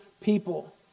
people